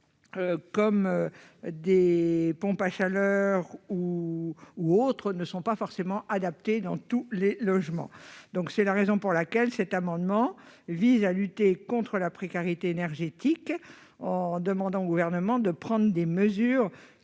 comme les pompes à chaleur ne sont pas adaptés à tous les logements. C'est la raison pour laquelle cet amendement vise à lutter contre la précarité énergétique en demandant au Gouvernement de prendre des mesures